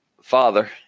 father